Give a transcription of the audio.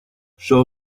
show